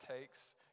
takes